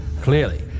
Clearly